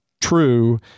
true